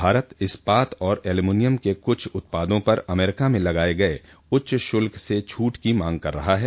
भारत इस्पात और एल्युमिनियम के कुछ उत्पादों पर अमरीका में लगाये गये उच्च शुल्क से छूट की मांग कर रहा है